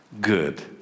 Good